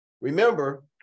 remember